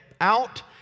out